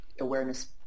awareness